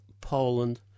Poland